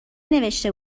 نوشته